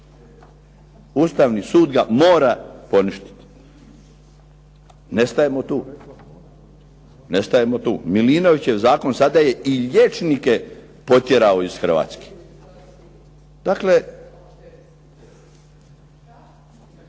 Ustavni sud ga mora poništiti. Ne stajemo tu, Milinovićev zakon sada je i liječnike potjerao iz Hrvatske. Dakle,